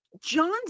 John's